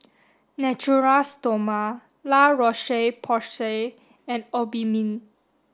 Natura Stoma La Roche Porsay and Obimin